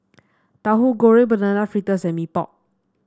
Tauhu Goreng Banana Fritters and Mee Pok